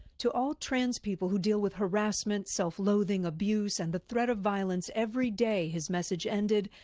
to all trans people who deal with harassment, self-loathing, abuse, and the threat of violence every day, his message ended,